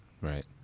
Right